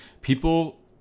people